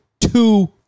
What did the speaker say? two